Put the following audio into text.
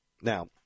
Now